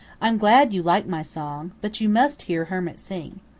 i'm glad you like my song, but you must hear hermit sing.